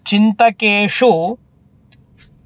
चिन्तकेषु